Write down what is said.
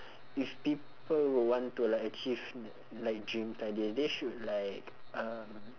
if people would want to like achieve like dreams like this they should like um